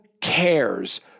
cares